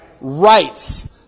rights